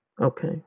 Okay